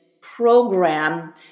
program